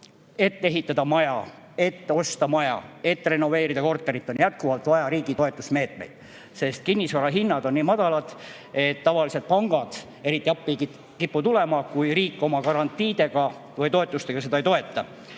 et ehitada maja, et osta maja, et renoveerida korterit, selleks on jätkuvalt vaja riigi toetusmeetmeid, sest kinnisvara hinnad on nii madalad, et tavaliselt pangad eriti appi ei kipu tulema, kui riik oma garantiidega või toetustega seda ei toeta.